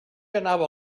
anava